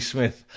Smith